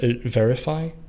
verify